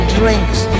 drinks